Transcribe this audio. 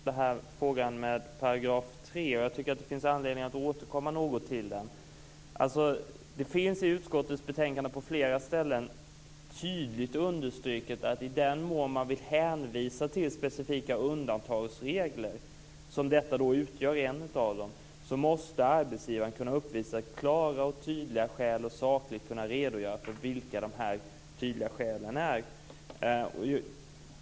Herr talman! Det är många som har diskuterat frågan om 3 §, och jag tycker att det finns anledning att återkomma något till den. Det finns i utskottets betänkande på flera ställen tydligt understruket att i den mån man vill hänvisa till specifika undantagsregler - detta är en av dem - måste arbetsgivaren kunna uppvisa klara och tydliga skäl och kunna sakligt redogöra för vilka dessa skäl är.